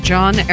John